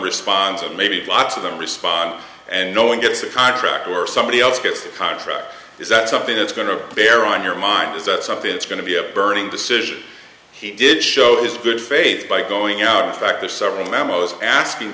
responds and maybe a box of them respond and no one gets a contract or somebody else gets the contract is that something that's going to bear on your mind is that something that's when to be a burning decision he did show his good faith by going out in fact there are several memos asking